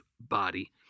body